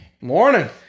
Morning